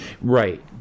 right